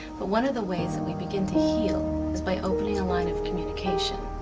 but one of the ways that we begin to heal is by opening a line of communication.